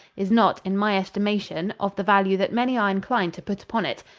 is not, in my estimation, of the value that many are inclined to put upon it.